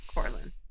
Corlin